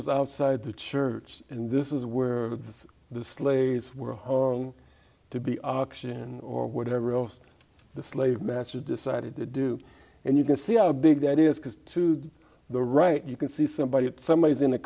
was outside the church and this is were the slaves were hong to be auction or whatever else the slave master decided to do and you can see how big the ideas because to the right you can see somebody somebody is in a